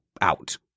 out